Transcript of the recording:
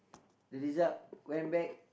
the result went back